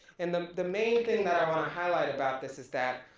and the the main thing that i wanna highlight about this is that